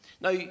Now